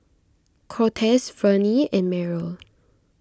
Cortez Vennie and Meryl